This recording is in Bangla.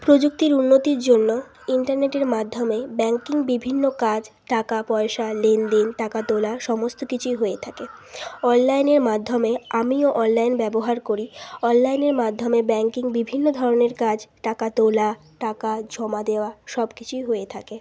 প্রযুক্তির উন্নতির জন্য ইন্টারনেটের মাধ্যমে ব্যাঙ্কিং বিভিন্ন কাজ টাকা পয়সা লেনদেন টাকা তোলা সমস্ত কিছুই হয়ে থাকে অনলাইনের মাধ্যমে আমিও অনলাইন ব্যবহার করি অনলাইনের মাধ্যমে ব্যাঙ্কিং বিভিন্ন ধরনের কাজ টাকা তোলা টাকা জমা দেওয়া সব কিছুই হয়ে থাকে